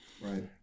Right